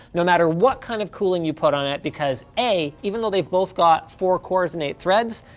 no matter what kind of cooling you put on it because a, even though they've both got four cores and eight threads,